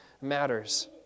matters